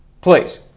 please